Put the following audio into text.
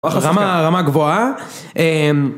רמה רמה גבוהה